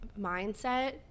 mindset